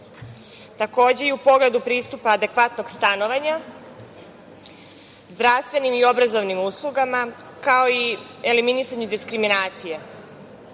takođe i u pogledu pristupa adekvatnog stanovanja, zdravstvenim i obrazovnim uslugama, kao i eliminisanju diskriminacije. Diskriminacija